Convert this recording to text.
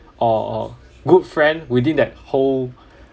or good friend within that whole